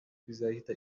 izahita